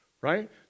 right